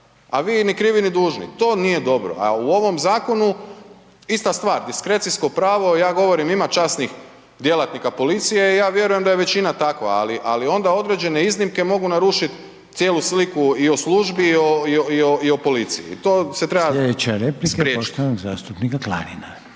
a vi ni krivi ni dužni i to nije dobro. A u ovom zakonu ista stvar, diskrecijsko pravo, ja govorim ima časnih djelatnika policije takva, ali onda određene iznimke mogu narušiti cijelu sliku i o službi i o policiji i to se treba spriječiti. **Reiner, Željko (HDZ)** Sljedeća je replike poštovanog zastupnika Klarina.